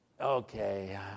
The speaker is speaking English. Okay